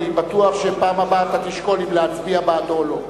אני בטוח שבפעם הבאה אתה תשקול אם להצביע בעדו או לא.